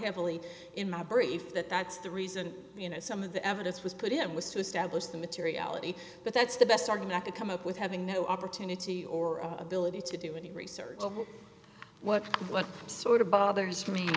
heavily in my brief that that's the reason you know some of the evidence was put it was to establish the materiality but that's the best are not to come up with having no opportunity or ability to do any research what what sort of bothers me